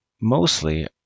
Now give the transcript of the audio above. mostly